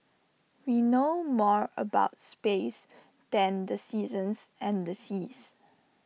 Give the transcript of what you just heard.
we know more about space than the seasons and the seas